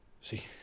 See